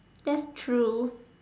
that's true